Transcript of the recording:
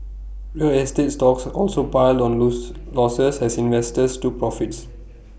real estate stocks also piled on loss losses as investors took profits